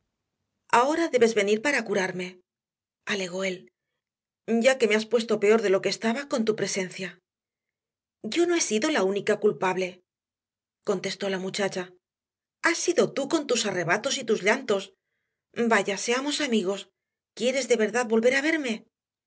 ahora debes venir para curarme alegó él ya que me has puesto peor de lo que estaba con tu presencia yo no he sido la única culpable contestó la muchacha has sido tú con tus arrebatos y tus llantos vaya seamos amigos quieres de verdad volver a verme